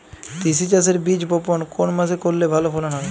তিসি চাষের বীজ বপন কোন মাসে করলে ভালো ফলন হবে?